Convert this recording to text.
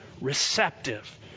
receptive